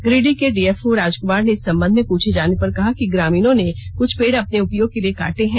गिरिडीह के डीएफओ राजक्मार ने इस सम्बंध में पूछे जाने पर कहा कि ग्रामीणों ने कुछ पेड अपने उपयोग के लिए काटे हैं